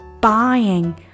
buying